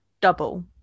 double